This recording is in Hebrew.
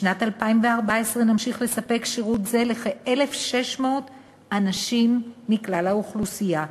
בשנת 2014 נמשיך לספק שירות זה לכ-1,600 אנשים מכלל האוכלוסייה.